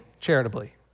charitably